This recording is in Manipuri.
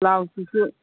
ꯕ꯭ꯂꯥꯎꯁꯁꯤꯁꯨ